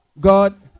god